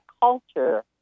culture